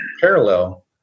parallel